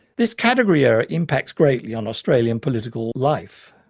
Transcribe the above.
this category error impacts greatly on australian political life.